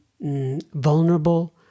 vulnerable